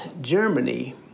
Germany